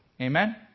Amen